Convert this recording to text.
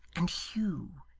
and hugh.